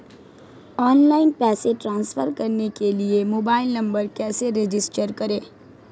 Online पैसे transfer करने के लिए मोबाइल नंबर कैसे रजिस्टर करें?